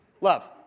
Love